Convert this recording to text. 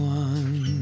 one